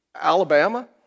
Alabama